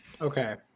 Okay